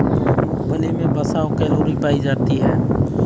मूंगफली मे वसा और कैलोरी पायी जाती है